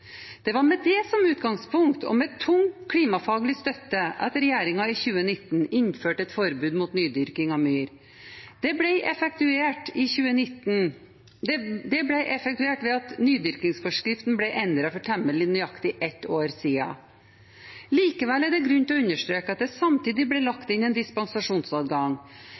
Det var med det som utgangspunkt, og med tung klimafaglig støtte, regjeringen i 2019 innførte et forbud mot nydyrking av myr. Det ble effektuert ved at nydyrkingsforskriften ble endret for temmelig nøyaktig ett år siden. Likevel er det grunn til å understreke at det samtidig ble lagt inn en dispensasjonsadgang.